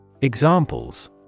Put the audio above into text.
Examples